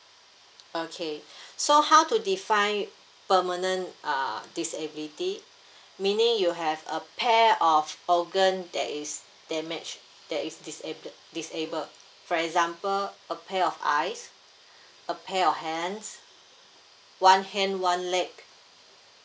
okay so how to define permanent uh disability meaning you have a pair of organ that is damaged that is disabl~ disabled for example a pair of eyes a pair of hands one hand one leg